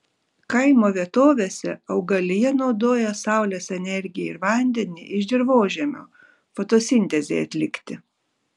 kaimo vietovėse augalija naudoja saulės energiją ir vandenį iš dirvožemio fotosintezei atlikti